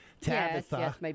Tabitha